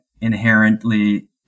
inherently